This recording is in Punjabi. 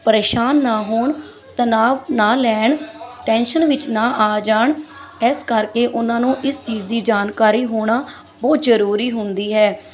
ਪਰੇਸ਼ਾਨ ਨਾ ਹੋਣ ਤਣਾਅ ਨਾ ਲੈਣ ਟੈਂਸ਼ਨ ਵਿੱਚ ਨਾ ਆ ਜਾਣ ਇਸ ਕਰਕੇ ਉਹਨਾਂ ਨੂੰ ਇਸ ਚੀਜ਼ ਦੀ ਜਾਣਕਾਰੀ ਹੋਣਾ ਬਹੁਤ ਜ਼ਰੂਰੀ ਹੁੰਦੀ ਹੈ